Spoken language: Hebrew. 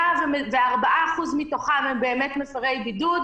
היה ו-4% מתוכם הם באמת מפרי בידוד,